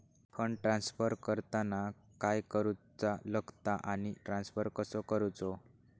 Fund transfer करताना काय करुचा लगता आनी ट्रान्स्फर कसो करूचो?